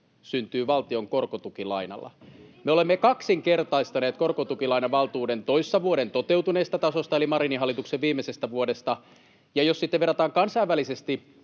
Kiurun välihuuto] Me olemme kaksinkertaistaneet korkotukilainavaltuuden toissa vuoden toteutuneesta tasosta eli Marinin hallituksen viimeisestä vuodesta. Ja jos sitten verrataan kansainvälisesti,